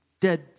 dead